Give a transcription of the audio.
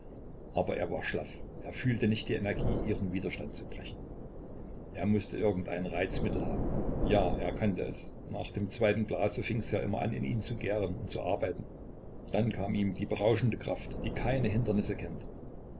aber er war schlaff er fühlte nicht die energie ihren widerstand zu brechen er mußte irgend ein reizmittel haben ja er kannte es nach dem zweiten glase fings ja immer an in ihm zu gären und zu arbeiten dann kam ihm die berauschende kraft die keine hindernisse kennt